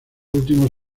últimos